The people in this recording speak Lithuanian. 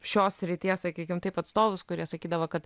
šios srities sakykim taip atstovus kurie sakydavo kad